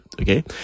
Okay